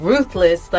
Ruthless